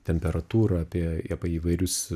temperatūrą apie apie įvairius